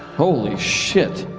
holy shit!